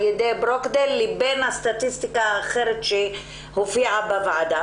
ידי מכון ברוקדייל לבין הסטטיסטיקה האחרת שהוצגה בוועדה.